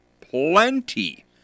plenty